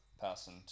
person